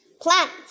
plants